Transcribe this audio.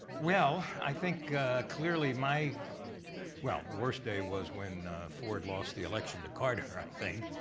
well, i think clearly my well, the worst day was when ford lost the election to carter, i think,